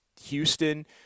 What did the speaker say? Houston